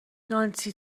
نانسی